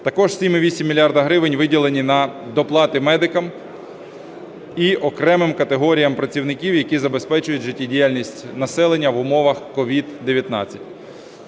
Також 7,8 мільярда гривень виділені на доплати медикам і окремим категоріям працівників, які забезпечують життєдіяльність населення в умовах COVID-19.